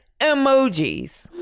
emojis